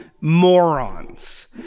morons